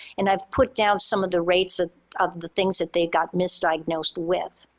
and i've put down some of the rates ah of the things that they got misdiagnosed with.